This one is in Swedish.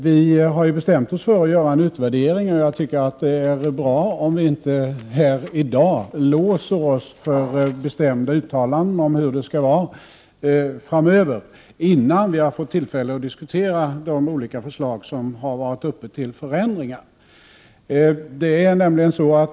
Vi har ju bestämt oss för att göra en utvärdering, och jag tycker att det är bra om vi inte här i dag låser oss för bestämda uttalanden om hur saker och ting skall vara framöver, detta innan vi har fått tillfälle att diskutera de olika förslag till förändringar som har lagts fram.